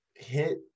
hit